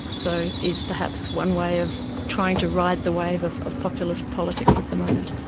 so is perhaps one way of trying to ride the wave of of populist politics at the moment.